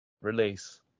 release